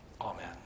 Amen